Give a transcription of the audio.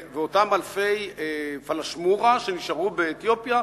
אותם אלפי בני פלאשמורה שנשארו באתיופיה,